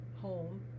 home